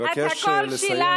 אבקש לסיים.